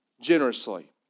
generously